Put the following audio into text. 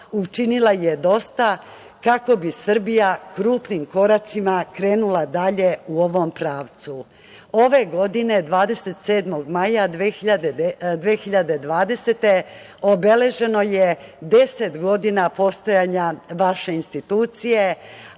učinila je dosta kako bi Srbija krupnim koracima krenula dalje u ovom pravcu. Ove godine, 27. maja 2020. godine, obeleženo je 10 godina postojanja vaše institucije,